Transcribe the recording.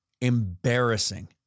embarrassing